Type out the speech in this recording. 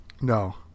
No